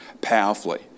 powerfully